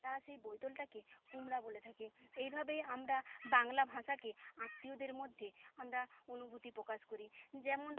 তারা সেই বৈতলটাকে কুমড়া বলে থাকে এইভাবে আমরা বাংলা ভাষাকে আত্মীয়দের মধ্যে আমরা অনুভূতি পকাশ করি যেমন